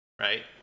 right